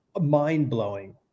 mind-blowing